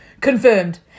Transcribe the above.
Confirmed